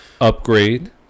upgrade